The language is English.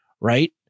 Right